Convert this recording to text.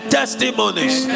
testimonies